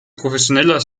professioneller